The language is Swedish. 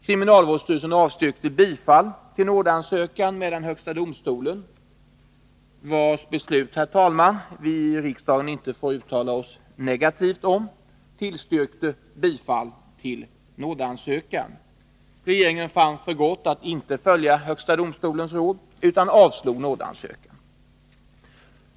Kriminalvårdsstyrelsen avstyrkte bifall till nådeansökan, medan Högsta domstolen, vars beslut vi i riksdagen inte får uttala oss negativt om, tillstyrkte bifall till nådeansökan. Regeringen fann för gott att inte följa HD:s råd utan avslog nådeansökan.